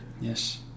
Yes